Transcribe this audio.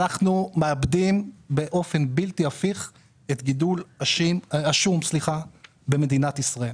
אנחנו מאבדים באופן בלתי הפיך את גידול השום במדינת ישראל.